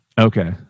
Okay